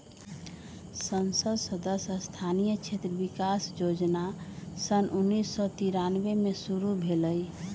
संसद सदस्य स्थानीय क्षेत्र विकास जोजना सन उन्नीस सौ तिरानमें में शुरु भेलई